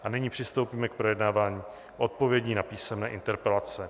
A nyní přistoupíme k projednávání odpovědí na písemné interpelace.